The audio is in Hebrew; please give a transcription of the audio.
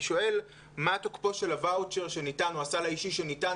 אז אני שואל מה תוקפו של הוואוצ'ר או הסל האישי שניתן